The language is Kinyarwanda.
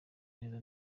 neza